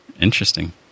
Interesting